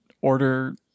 order